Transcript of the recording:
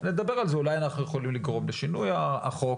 נדבר על זה אולי אנחנו יכולים לגרום לשינוי החוק.